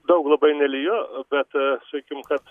daug labai nelijo bet sakykim kad